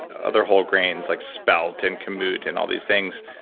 other whole grains, like spelt, and kamut, and all these things.